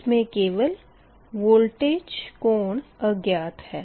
इसमें केवल वोल्टेज कोण अज्ञात है